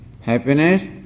Happiness